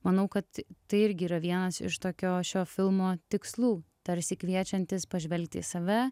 manau kad tai irgi yra vienas iš tokio šio filmo tikslų tarsi kviečiantis pažvelgti į save